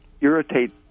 irritate